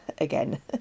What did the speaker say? again